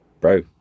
bro